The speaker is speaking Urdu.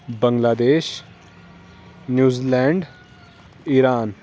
بنگلہ دیش نیوزیلینڈ ایران